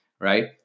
right